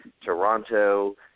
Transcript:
Toronto